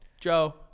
Joe